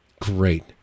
Great